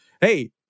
hey